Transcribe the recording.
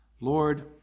Lord